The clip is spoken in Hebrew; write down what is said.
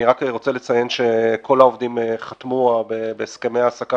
אני רוצה לציין שכל העובדים חתמו בהסכמי ההעסקה